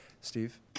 Steve